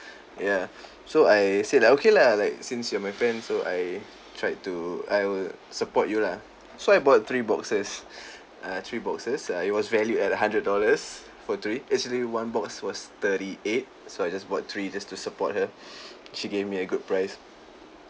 ya so I said like okay lah like since you're my friend so I tried to I will support you lah so I bought three boxes uh three boxes uh it was valued at a hundred dollars for three actually one box was thirty eight so I just bought three just to support her she gave me a good price